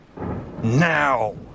Now